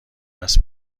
است